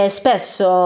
spesso